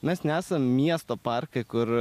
mes nesam miesto parkai kur